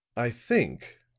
i think,